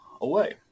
away